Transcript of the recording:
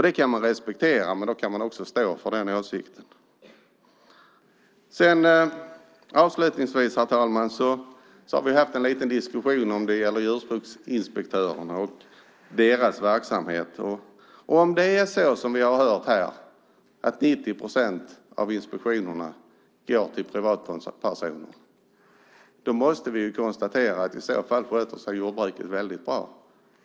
Det kan man respektera, men då kan man också stå för den åsikten. Herr talman! Avslutningsvis: Vi har haft en liten diskussion om djurskyddsinspektörerna och deras verksamhet. Om det är som vi har hört här att 90 procent av inspektionerna sker hos privatpersoner måste vi konstatera att jordbruket i så fall sköter sig bra.